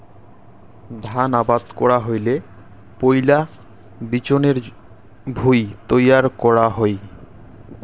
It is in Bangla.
ধান আবাদ করা হইলে পৈলা বিচনের ভুঁই তৈয়ার করা হই